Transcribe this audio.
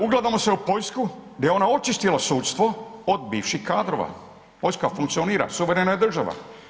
Ugledajmo se u Poljsku gdje je ona očistila sudstvo od bivših kadrova, Poljska funkcionira, suverena je država.